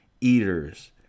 eaters